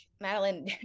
Madeline